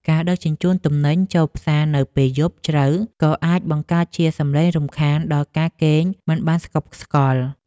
ការដឹកជញ្ជូនទំនិញចូលផ្សារនៅពេលយប់ជ្រៅក៏អាចបង្កើតជាសំឡេងរំខានដល់ការគេងមិនបានស្កប់ស្កល់។